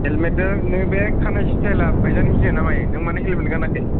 हेलमेटजों नों बे खानाय स्टाइलआ बायजानो गियोना मायो नों मानो हेलमेट गानाखै